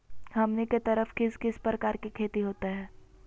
हमनी के तरफ किस किस प्रकार के खेती होवत है?